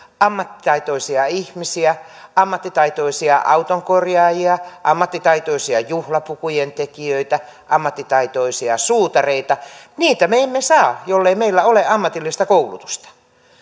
ammattitaitoisia ihmisiä ammattitaitoisia autonkorjaajia ammattitaitoisia juhlapukujen tekijöitä ammattitaitoisia suutareita niitä me emme saa jollei meillä ole ammatillista koulutusta